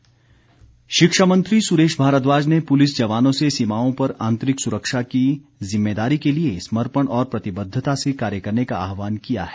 सुरेश भारद्वाज शिक्षा मंत्री सुरेश भारद्वाज ने पुलिस जवानों से सीमाओं पर आंतरिक सुक्षा की जिम्मेदारी के लिए समर्पण और प्रतिबद्धता से कार्य करने का आह्वान किया है